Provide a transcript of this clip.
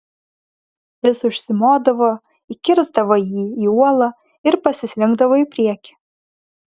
vis užsimodavo įkirsdavo jį į uolą ir pasislinkdavo į priekį